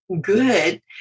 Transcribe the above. good